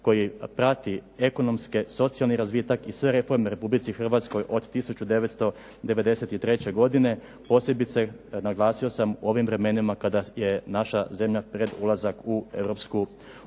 koji prati ekonomski, socijalni razvitak i sve reforme u Republici Hrvatskoj od 1993. godine, posebice naglasio sam ovim vremenima kada je naša zemlja pred ulazak u